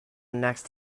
next